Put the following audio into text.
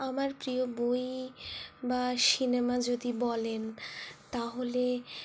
আমার প্রিয় বই বা সিনেমা যদি বলেন তাহলে